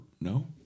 no